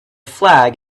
flag